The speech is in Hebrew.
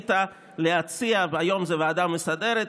היום זו הוועדה המסדרת,